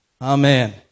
Amen